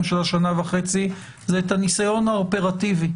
של השנה וחצי זה את הניסיון האופרטיבי